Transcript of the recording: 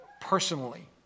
personally